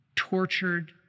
tortured